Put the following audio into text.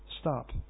Stop